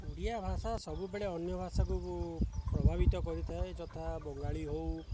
ଓଡ଼ିଆ ଭାଷା ସବୁବେଳେ ଅନ୍ୟ ଭାଷାକୁ ପ୍ରଭାବିତ କରିଥାଏ ଯଥା ବଙ୍ଗାଳୀ ହେଉ